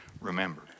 remember